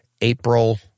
April